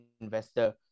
investor